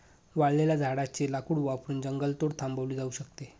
वाळलेल्या झाडाचे लाकूड वापरून जंगलतोड थांबवली जाऊ शकते